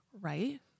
right